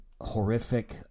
horrific